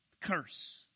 Curse